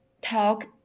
talk